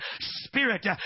Spirit